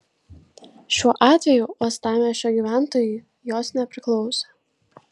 šiuo atveju uostamiesčio gyventojui jos nepriklauso